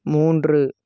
மூன்று